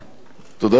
גברתי היושבת-ראש,